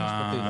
השנתי.